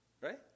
Right